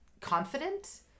confident